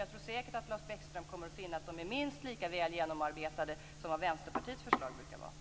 Jag tror säkert att Lars Bäckström kommer att finna att de är minst lika väl genomarbetade som Vänsterpartiets förslag brukar vara.